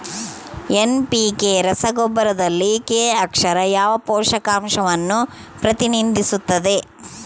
NPK ರಸಗೊಬ್ಬರದಲ್ಲಿ K ಅಕ್ಷರವು ಯಾವ ಪೋಷಕಾಂಶವನ್ನು ಪ್ರತಿನಿಧಿಸುತ್ತದೆ?